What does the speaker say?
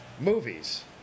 movies